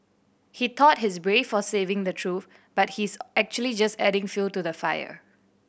he thought he's brave for saving the truth but he's actually just adding fuel to the fire